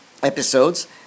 episodes